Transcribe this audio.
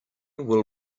will